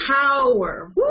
power